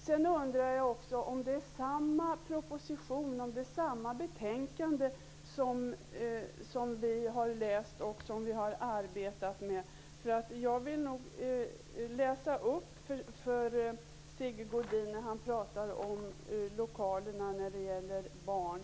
Sedan undrar jag också om vi har läst och arbetat med samma proposition och samma betänkande. Sigge Godin pratar om lokalerna när det gäller barn.